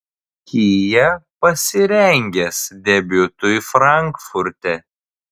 kia pasirengęs debiutui frankfurte